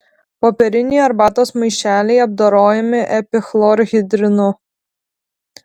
popieriniai arbatos maišeliai apdorojami epichlorhidrinu